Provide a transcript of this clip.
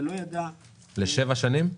לשבע שנים?